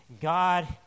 God